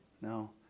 No